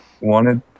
wanted